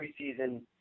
preseason